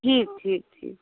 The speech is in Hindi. ठीक ठीक ठीक